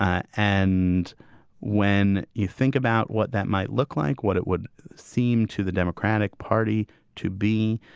ah and when you think about what that might look like, what it would seem to the democratic party to be,